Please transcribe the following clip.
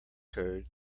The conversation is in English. code